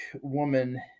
woman